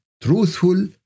truthful